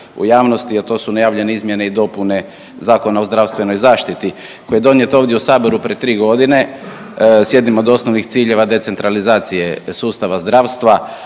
u javnosti, a to su najavljene izmjene i dopune Zakona o zdravstvenoj zaštiti koji je donijet ovdje u saboru prije tri godine s jednim od osnovnih ciljeva decentralizacije sustava zdravstva,